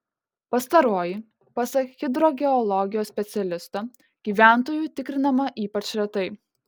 pastaroji pasak hidrogeologijos specialisto gyventojų tikrinama ypač retai